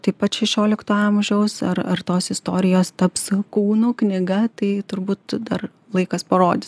taip pat šešiolikto amžiaus ar ar tos istorijos taps kūnu knyga tai turbūt dar laikas parodys